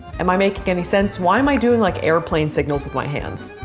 am i making any sense? why am i doing like airplane signals with my hands?